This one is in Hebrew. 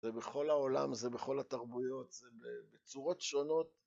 זה בכל העולם, זה בכל התרבויות, זה בצורות שונות.